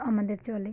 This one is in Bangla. আমাদের চলে